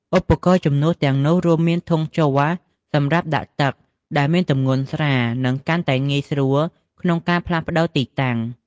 ឧបករណ៍ជំនួសទាំងនោះរួមមានធុងជ័រសម្រាប់ដាក់ទឹក ដែលមានទម្ងន់ស្រាល និងកាន់តែងាយស្រួលក្នុងការផ្លាស់ប្ដូរទីតាំង។